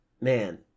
Man